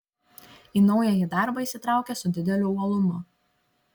į naująjį darbą įsitraukė su dideliu uolumu